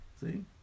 See